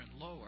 lower